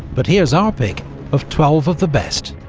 but here's our pick of twelve of the best